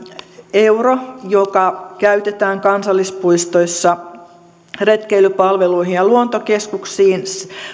euro joka käytetään kansallispuistoissa retkeilypalveluihin ja luontokeskuksiin